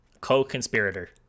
co-conspirator